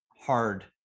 hard